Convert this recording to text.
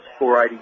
480